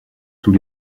sous